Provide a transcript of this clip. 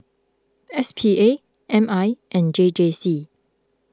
S P A M I and J J C